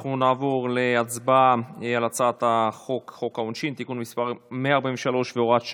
אנחנו נעבור להצבעה על הצעת חוק העונשין (תיקון מס' 143 והוראת שעה),